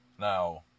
Now